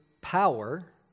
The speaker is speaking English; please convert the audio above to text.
power